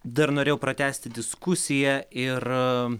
dar norėjau pratęsti diskusiją ir